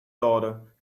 daughter